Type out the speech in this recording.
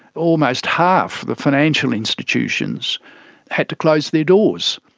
almost half the financial institutions had to close their doors.